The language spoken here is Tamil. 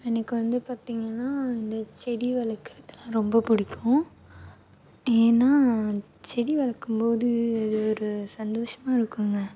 எனக்கு வந்து பார்த்திங்கனா இந்த செடி வளர்க்குறதுலாம் ரொம்ப பிடிக்கும் ஏன்னால் செடி வளர்க்கும்போது இது ஒரு சந்தோஷமாயிருக்குங்க